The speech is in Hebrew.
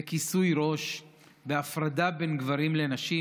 בכיסוי ראש, בהפרדה בין גברים לנשים,